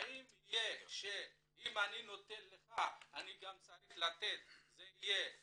האם יגידו "אם אני נותן לך אני גם צריך לתת --- זו תהיה אפליה"